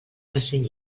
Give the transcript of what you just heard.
present